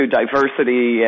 diversity